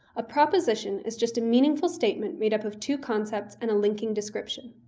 a proposition is just a meaningful statement made up of two concepts and a linking description.